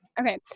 Okay